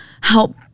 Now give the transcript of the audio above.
help